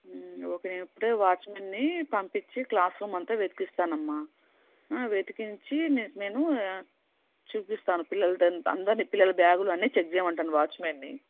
okay నేను ఇప్పుడే వాచ్మెన్ని పంపించి క్లాస్ రూమ్ అంతా వెతికిస్తాను అమ్మ వెతికించి నేను చూపిస్తాను పిల్లల్నితో అంతా అందరినీ పిల్లల బ్యాగులు అన్నీ చెక్ చేయమంటాను వాచ్మెన్ని